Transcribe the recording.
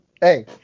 Hey